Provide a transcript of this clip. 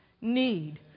need